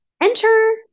Enter